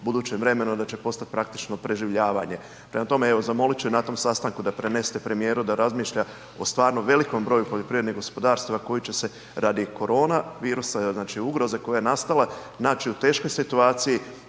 budućem vremenu da će postati praktično preživljavanje. Prema tome, evo zamolit ću i na tom sastanku da prenesete premijeru da razmišlja o stvarno velikom broju poljoprivrednih gospodarstava koja će se radi korona virusa i ugroze koja je nastala naći u teškoj situaciji.